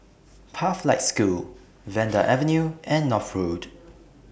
Pathlight School Vanda Avenue and North Road